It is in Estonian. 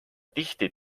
tihti